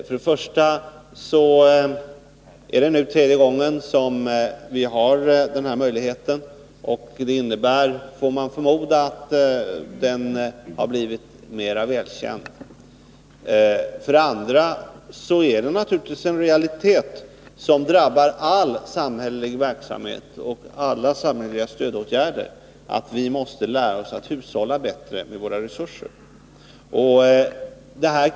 För det första är det nu tredje gången som invandrarna ges möjlighet till information av detta slag, och det innebär — får man förmoda — att den har blivit välkänd. För det andra är det naturligtvis en realitet att vi måste lära oss att bättre hushålla med resurserna, något som drabbar all samhällelig verksamhet och alla samhälleliga stödåtgärder.